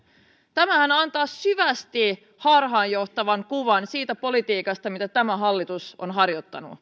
tämähän antaa syvästi harhaanjohtavan kuvan siitä politiikasta mitä tämä hallitus on harjoittanut